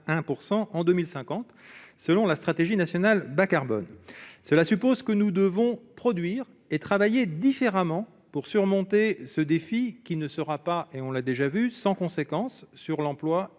% en 2050 selon la stratégie nationale bas carbone, cela suppose que nous devons produire et travailler différemment pour surmonter ce défi qui ne sera pas et on l'a déjà vu sans conséquence sur l'emploi et